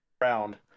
round